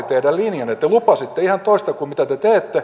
te lupasitte ihan toista kuin mitä te teette